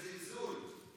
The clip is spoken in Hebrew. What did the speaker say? ושל זלזול.